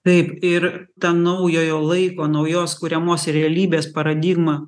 taip ir tą naujojo laiko naujos kuriamos realybės paradigma